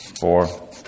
four